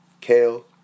kale